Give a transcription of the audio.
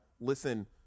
listen